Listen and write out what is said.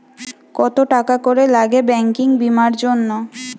কত টাকা করে লাগে ব্যাঙ্কিং বিমার জন্য?